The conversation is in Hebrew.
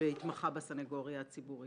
שהתמחה בסניגוריה הציבורית,